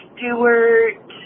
Stewart